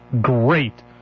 great